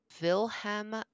Wilhelm